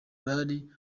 bari